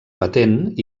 patent